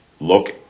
look